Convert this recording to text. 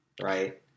right